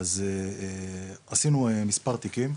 אז עשינו מספר תיקים,